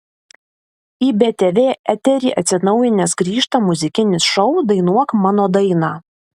į btv eterį atsinaujinęs grįžta muzikinis šou dainuok mano dainą